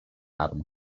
atom